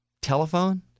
Telephone